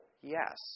yes